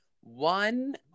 One